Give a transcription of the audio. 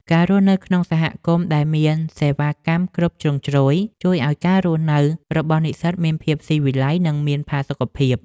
ការរស់នៅក្នុងសហគមន៍ដែលមានសេវាកម្មគ្រប់ជ្រុងជ្រោយជួយឱ្យការរស់នៅរបស់និស្សិតមានភាពស៊ីវិល័យនិងមានផាសុកភាព។